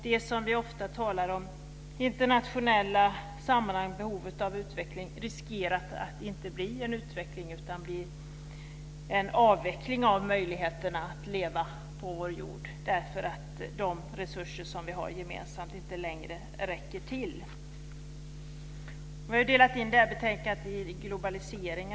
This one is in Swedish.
Det som vi ofta talar om i internationella sammanhang, behovet av utveckling, riskerar att inte bli en utveckling utan en avveckling av möjligheterna att leva på vår jord därför att de resurser som vi har gemensamt inte längre räcker till. Vi har delat in betänkandet i olika avsnitt.